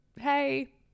hey